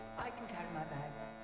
i can carry my bags.